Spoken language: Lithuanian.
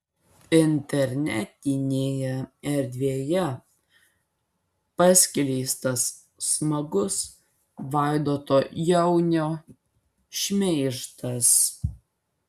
internetinėje erdvėje paskleistas smagus vaidoto jaunio šmeižtas